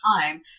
time